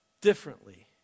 differently